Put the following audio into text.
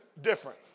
different